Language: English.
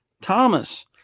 Thomas